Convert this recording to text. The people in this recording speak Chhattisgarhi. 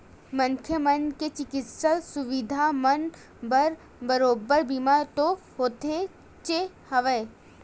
मनखे मन के चिकित्सा सुबिधा मन बर बरोबर बीमा तो होतेच हवय